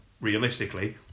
realistically